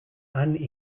han